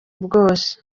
bwose